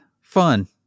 fun